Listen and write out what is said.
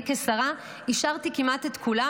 אני כשרה אישרתי כמעט את כולם.